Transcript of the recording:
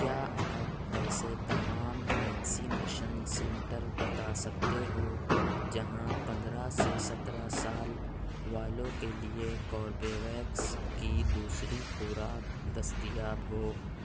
کیا آپ ایسے تمام ویکسینیشن سینٹر بتا سکتے ہو جہاں پندرہ سے سترہ سال والوں کے لیے کوربےویکس کی دوسری خوراک دستیاب ہو